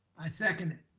i second it.